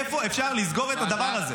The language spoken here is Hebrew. איפה אפשר לסגור את הדבר הזה?